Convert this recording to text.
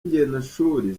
ingendoshuri